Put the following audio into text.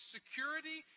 Security